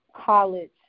college